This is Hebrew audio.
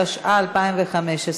התשע"ה 2015,